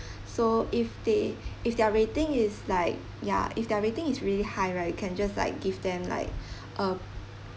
so if they if their rating is like ya if their rating is really high right you can just like give them like a